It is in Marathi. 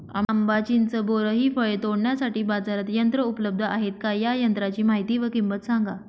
आंबा, चिंच, बोर हि फळे तोडण्यासाठी बाजारात यंत्र उपलब्ध आहेत का? या यंत्रांची माहिती व किंमत सांगा?